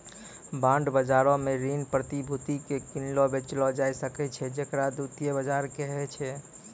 bond बजारो मे ऋण प्रतिभूति के किनलो बेचलो जाय सकै छै जेकरा द्वितीय बजार कहै छै